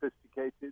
sophisticated